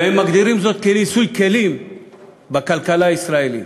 והם מגדירים זאת כניסוי כלים בכלכלה הישראלית.